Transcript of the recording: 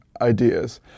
ideas